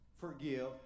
forgive